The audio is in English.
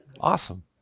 Awesome